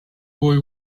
boy